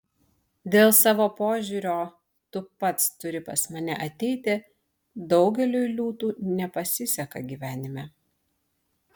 dėl savo požiūrio tu pats turi pas mane ateiti daugeliui liūtų nepasiseka gyvenime